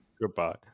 Goodbye